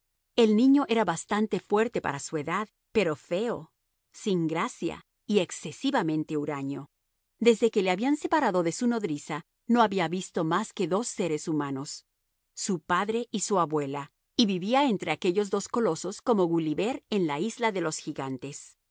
el niño era bastante fuerte para su edad pero feo sin gracia y excesivamente huraño desde que le habían separado de su nodriza no había visto más que dos seres humanos su padre y su abuela y vivía entre aquellos dos colosos como gulliver en la isla de los gigantes